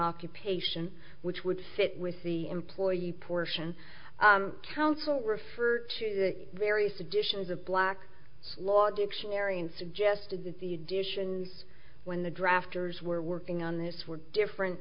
occupation which would sit with the employee portion counsel refer to the various editions of black law dictionary and suggested that the additions when the drafters were working on this were different